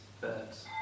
birds